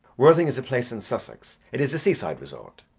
worthing is a place in sussex. it is a seaside resort.